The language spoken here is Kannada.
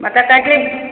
ಮತ್ತೆ ಕಡ್ಲೆ